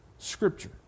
Scripture